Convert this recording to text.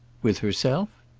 with herself?